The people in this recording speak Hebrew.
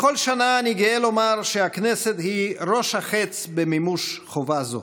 בכל שנה אני גאה לומר שהכנסת היא ראש החץ במימוש חובה זו.